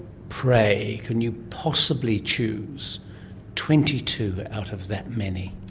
pray, can you possibly choose twenty two out of that many?